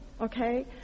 okay